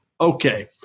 Okay